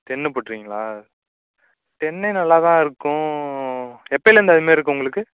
டென்னு போட்டிருக்கீங்களா டென்னே நல்லா தான் இருக்கும் எப்போயில இருந்து அதுமாரி இருக்குது உங்களுக்கு